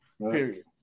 Period